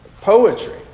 poetry